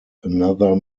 another